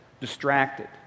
distracted